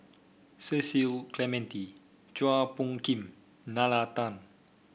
Cecil Clementi Chua Phung Kim Nalla Tan